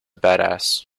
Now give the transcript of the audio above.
badass